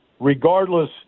regardless –